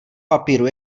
papíru